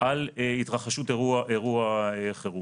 על התרחשות אירוע חירום.